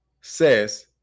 Says